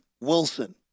Wilson